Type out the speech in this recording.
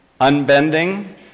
unbending